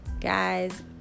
guys